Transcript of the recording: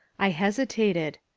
i hesitated.